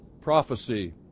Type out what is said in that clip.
prophecy